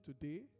today